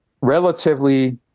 relatively